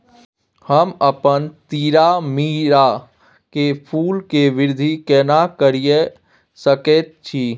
हम अपन तीरामीरा के फूल के वृद्धि केना करिये सकेत छी?